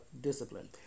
discipline